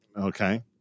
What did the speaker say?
Okay